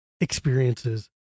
experiences